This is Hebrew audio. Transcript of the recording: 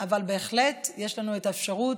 אבל בהחלט יש לנו את האפשרות,